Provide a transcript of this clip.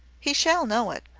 he shall know it.